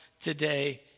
today